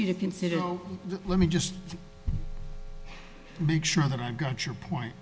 q to consider the let me just make sure that i got your point